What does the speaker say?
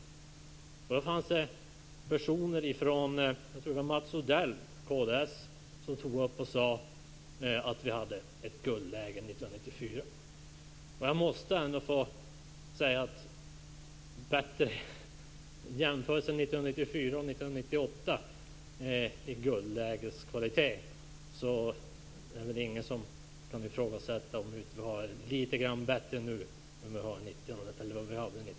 I debatten då fanns det personer, bl.a. Mats Odell från kd, som stod upp och sade att vi hade ett guldläge 1994. Jag måste ändå säga att om man jämför guldlägeskvaliteten 1994 och 1998 kan väl ingen ifrågasätta att vi har det litet bättre nu än vi hade det